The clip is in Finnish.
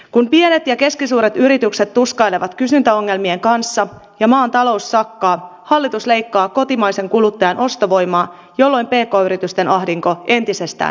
kun pienet ja keskisuuret yritykset tuskailevat kysyntäongelmien kanssa ja maan talous sakkaa hallitus leikkaa kotimaisen kuluttajan ostovoimaa jolloin pk yritysten ahdinko entisestään syvenee